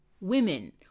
women